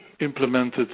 implemented